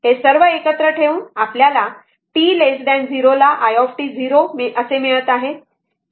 हे सर्व एकत्र ठेवून आपल्याला t 0 ला i 0 असे मिळत आहे हा